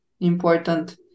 important